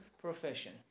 profession